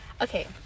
okay